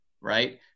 Right